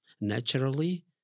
naturally